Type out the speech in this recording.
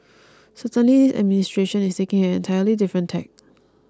certainly this administration is taking an entirely different tack